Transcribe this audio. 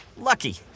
Lucky